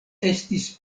estis